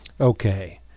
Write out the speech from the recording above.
Okay